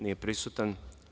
Nije prisutan.